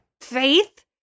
faith